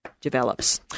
develops